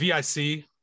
vic